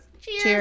Cheers